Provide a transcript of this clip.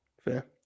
Fair